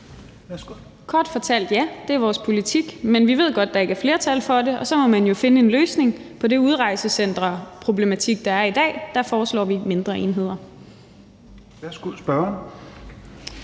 Kort fortalt: Ja, det er vores politik, men vi ved godt, at der ikke er flertal for det, og så må man jo finde en løsning. På den udrejsecenterproblematik, der er i dag, foreslår vi mindre enheder. Kl. 16:16 Tredje